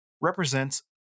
represents